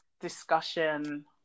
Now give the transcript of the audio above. discussion